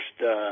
first